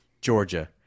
Georgia